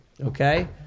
okay